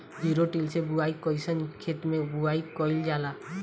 Zero till से बुआई कयिसन खेते मै बुआई कयिल जाला?